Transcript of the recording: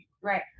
Right